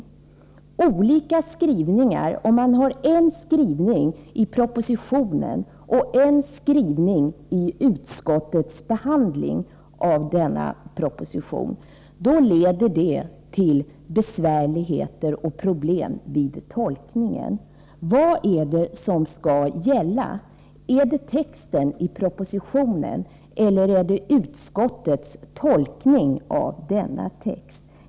Det är olika skrivningar — en skrivning i propositionen och en annan i utskottets behandling av denna proposition. Då leder det till besvärligheter och problem vid tolkningen. Vad är det som skall gälla? Är det texten i propositionen, eller är det utskottets tolkning av denna text?